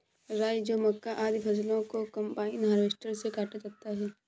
राई, जौ, मक्का, आदि फसलों को कम्बाइन हार्वेसटर से काटा जाता है